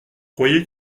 croyez